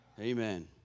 Amen